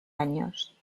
años